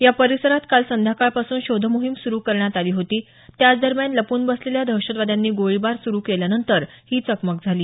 या परिसरात काल संध्याकाळपासून शोधमोहीम सुरु करण्यात आली होती त्याचदरम्यान लपून बसलेल्या दहशतवाद्यांनी गोळीबार सुरु केल्यानंतर ही चकमक झाली